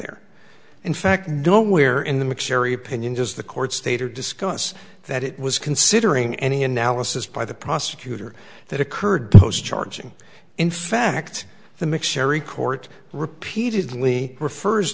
there in fact nowhere in the mix sherry opinion does the court state or discuss that it was considering any analysis by the prosecutor that occurred post charging in fact the mix cherry court repeatedly refers